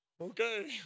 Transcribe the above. Okay